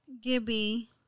Gibby